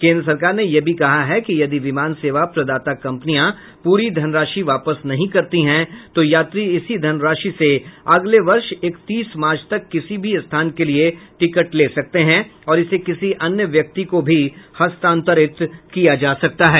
केन्द्र सरकार ने यह भी कहा है कि यदि विमान सेवा प्रदाता कंपनियां पूरी धनराशि वापस नहीं करती हैं तो यात्री इसी धनराशि से अगले वर्ष इकतीस मार्च तक किसी भी स्थान के लिए टिकट ले सकते हैं और इसे किसी अन्य व्यक्ति को भी हस्तांतरित किया जा सकता है